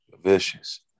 Vicious